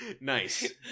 Nice